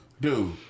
Dude